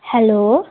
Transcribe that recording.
hello